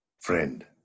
friend